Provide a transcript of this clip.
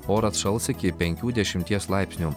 oras šals iki penkių dešimties laipsnių